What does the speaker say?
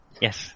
Yes